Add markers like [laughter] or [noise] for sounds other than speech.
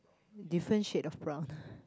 different shade of brown [breath]